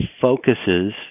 focuses